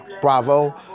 Bravo